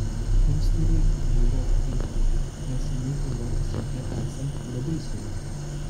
mums nereikia į europą eiti mes seniai europos centre esam labai seniai